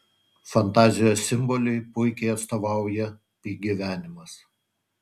fantazijos simboliui puikiai atstovauja pi gyvenimas